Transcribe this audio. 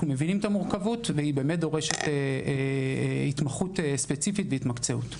אנחנו מבינים את המורכבות והיא באמת דורשת התמחות ספציפית והתמקצעות.